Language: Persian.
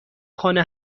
خانه